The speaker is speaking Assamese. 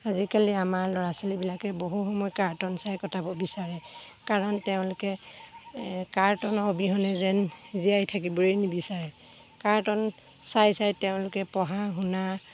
আজিকালি আমাৰ ল'ৰা ছোৱালীবিলাকে বহু সময় কাৰ্টন চাই কটাব বিচাৰে কাৰণ তেওঁলোকে কাৰ্টনৰ অবিহনে যেন জীয়াই থাকিবই নিবিচাৰে কাৰ্টন চাই চাই তেওঁলোকে পঢ়া শুনা